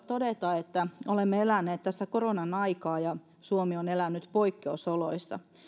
todeta että olemme eläneet tässä koronan aikaa ja suomi on elänyt poikkeusoloissa